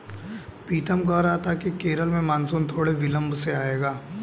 पीतम कह रहा था कि केरल में मॉनसून थोड़े से विलंब से आएगा